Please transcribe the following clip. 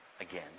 again